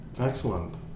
Excellent